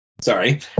sorry